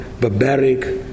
barbaric